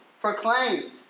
proclaimed